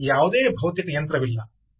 ಇಲ್ಲಿ ಯಾವುದೇ ಭೌತಿಕ ಯಂತ್ರವಿಲ್ಲ